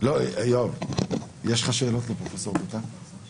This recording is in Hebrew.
לנסות להבין מה הוא